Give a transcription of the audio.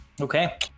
okay